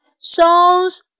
Songs